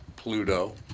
Pluto